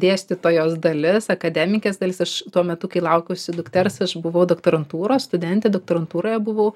dėstytojos dalis akademikės dalis aš tuo metu kai laukiausi dukters aš buvau doktorantūros studentė doktorantūroje buvau